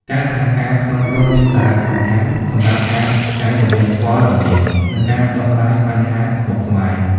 ការសហការក្នុងក្រុមមានសារៈសំខាន់សម្រាប់ការចែករំលែកព័ត៌មាន និងការដោះស្រាយបញ្ហាស្មុគស្មាញ។